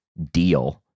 deal